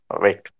Wait